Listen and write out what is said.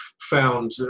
found